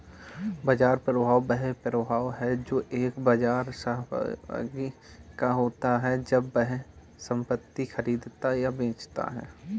बाजार प्रभाव वह प्रभाव है जो एक बाजार सहभागी का होता है जब वह संपत्ति खरीदता या बेचता है